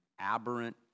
aberrant